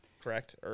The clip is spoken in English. correct